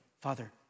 Father